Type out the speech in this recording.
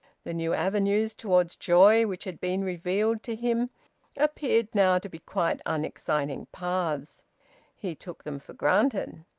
the new avenues towards joy which had been revealed to him appeared now to be quite unexciting paths he took them for granted.